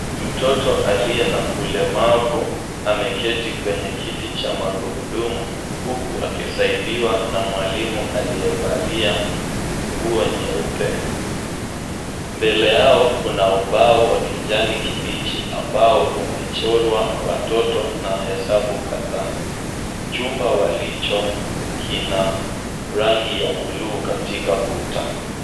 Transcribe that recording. Mtoto aliye na ulemavu ameketi kwenye kiti cha magurudumu huku akisaidiwa na mwalimu aliyevalia nguo nyeupe. Mbele yao kuna ubao wa kijani kibichi ambao umechorwa watoto na hesabu kadhaa. Chumba walicho kina rangi ya buluu katika kuta.